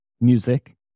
music